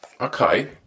Okay